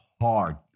hard